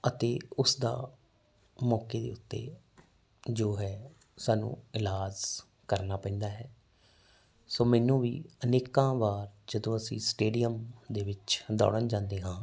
ਅਤੇ ਉਸਦਾ ਮੌਕੇ ਦੇ ਉੱਤੇ ਜੋ ਹੈ ਸਾਨੂੰ ਇਲਾਜ ਕਰਨਾ ਪੈਂਦਾ ਹੈ ਸੋ ਮੈਨੂੰ ਵੀ ਅਨੇਕਾਂ ਵਾਰ ਜਦੋਂ ਅਸੀਂ ਸਟੇਡੀਅਮ ਦੇ ਵਿੱਚ ਦੌੜਨ ਜਾਂਦੇ ਹਾਂ